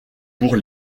pour